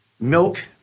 Milk